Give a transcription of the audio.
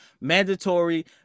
mandatory